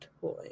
toy